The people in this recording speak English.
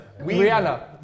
Rihanna